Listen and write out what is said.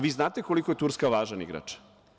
Vi znate koliko je Turska važan igrač.